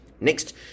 Next